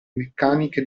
meccaniche